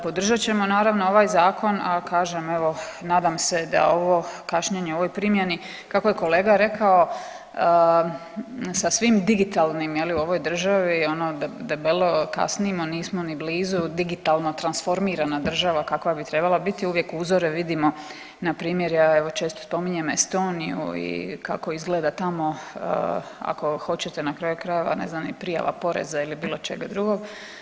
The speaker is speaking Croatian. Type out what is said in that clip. Podržat ćemo naravno ovaj zakon, a kažem evo nadam se da ovo kašnjenje o ovoj primjeni kako je kolega rekao sa svim digitalnim u ovoj državi ono debelo kasnimo, nismo ni blizu digitalno transformirana država kakva bi trebala biti, uvijek uzore vidimo npr. ja evo često spominjem Estoniju i kako izgleda tamo ako hoćete na kraju krajeva ne znam i prijava poreza ili bilo čega drugo.